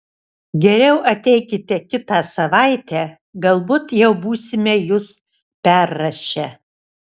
geriau ateikite kitą savaitę galbūt jau būsime jus perrašę